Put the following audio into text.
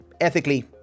ethically